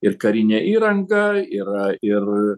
ir karinė įranga yra ir